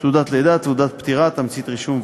תעודת לידה, תעודת פטירה, תמצית רישום ועוד.